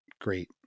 great